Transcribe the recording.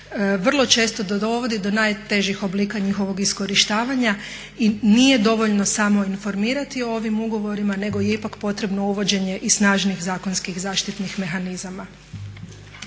vrlo često dovodi do najtežih oblika njihovog iskorištavanja i nije dovoljno samo informirati o ovim ugovorima nego je ipak potrebno uvođenje i snažnih zakonskih zaštitnih mehanizama.